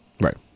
Right